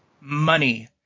money